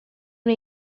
una